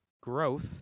growth